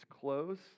close